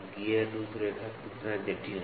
gear रूपरेखा कितना जटिल है